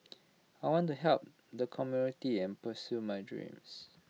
I want to help the and pursue my dreams